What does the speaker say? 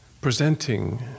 presenting